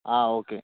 ആ ഓക്കെ